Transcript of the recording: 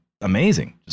amazing